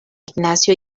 ignacio